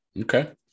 Okay